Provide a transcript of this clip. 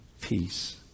peace